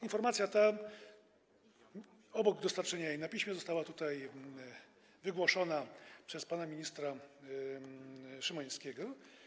Informacja ta - obok dostarczenia jej na piśmie - została tutaj wygłoszona przez pana ministra Szymańskiego.